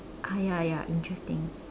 ah ya ya ya interesting